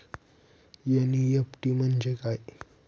NEFT म्हणजे काय?